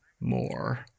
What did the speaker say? more